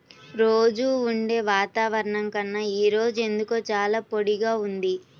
రోజూ ఉండే వాతావరణం కన్నా ఈ రోజు ఎందుకో చాలా పొడిగా ఉంది